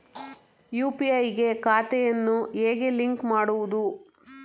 UPI ಗೆ ಖಾತೆಯನ್ನು ಹೇಗೆ ಲಿಂಕ್ ಮಾಡುವುದು?